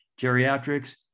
geriatrics